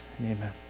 Amen